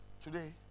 today